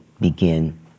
begin